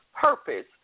purpose